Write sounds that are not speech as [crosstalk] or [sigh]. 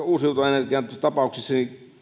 [unintelligible] uusiutuvan energian tapauksissa